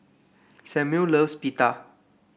Samuel loves Pita